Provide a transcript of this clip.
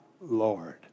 Lord